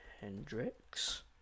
Hendrix